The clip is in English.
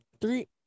three